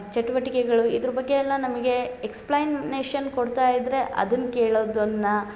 ಚಟುವಟಿಕೆಗಳು ಇದ್ರ ಬಗ್ಗೆ ಎಲ್ಲ ನಮಗೆ ಎಕ್ಸ್ಪ್ಲೈನೇಷನ್ ಕೊಡ್ತಾ ಇದ್ದರೆ ಅದನ್ನ ಕೊಳೋದ್ವನ್ನ